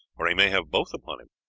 or he may have both upon him.